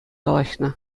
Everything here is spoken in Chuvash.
калаҫнӑ